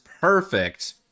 perfect